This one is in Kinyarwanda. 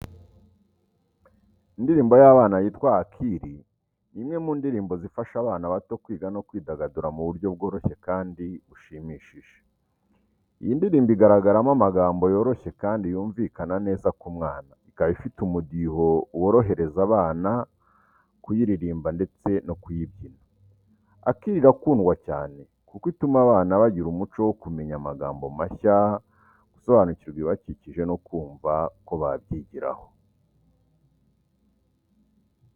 Indirimbo y’abana yitwa “Akili” ni imwe mu ndirimbo zifasha abana bato kwiga no kwidagadura mu buryo bworoshye kandi bushimishije. Iyi ndirimbo igaragaramo amagambo yoroshye kandi yumvikana neza ku mwana, ikaba ifite umudiho worohereza abana kuyiririmba ndetse no kuyibyina. “Akili” irakundwa cyane kuko ituma abana bagira umuco wo kumenya amagambo mashya, gusobanukirwa ibibakikije no kumva ko kubyigiraho.